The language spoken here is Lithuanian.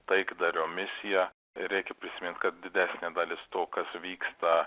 taikdario misiją reikia prisimint kad didesnė dalis to kas vyksta